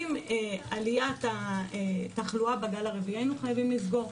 עם עליית התחלואה בגל הרביעי היינו חייבים לסגור,